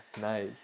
Nice